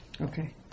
Okay